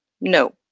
No